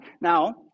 Now